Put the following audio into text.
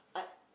I